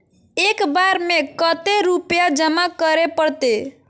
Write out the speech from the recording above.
एक बार में कते रुपया जमा करे परते?